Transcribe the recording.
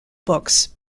books